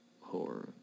horror